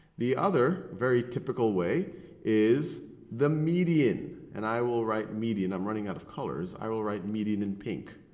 the other very typical way is the median. and i will write median. i'm running out of colors. i will write median in pink.